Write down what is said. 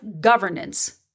governance